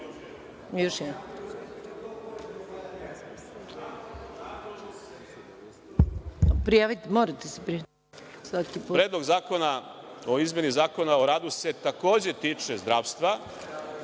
Predlog zakona o izmeni Zakona o radu se takođe tiče zdravstva,